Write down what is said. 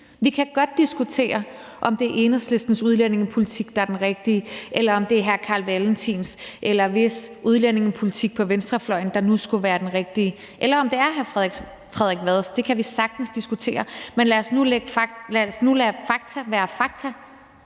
Vi kan godt diskutere, om det Enhedslistens udlændingepolitik, der er den rigtige, eller om det er hr. Carl Valentins, eller hvis udlændingepolitik på venstrefløjen der nu skulle være den rigtige, eller om det er hr. Frederik Vads. Det kan vi sagtens diskutere. Men lad os nu lade fakta være fakta.